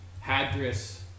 Hadris